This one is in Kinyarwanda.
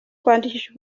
kwandikisha